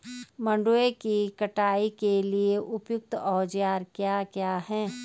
मंडवे की कटाई के लिए उपयुक्त औज़ार क्या क्या हैं?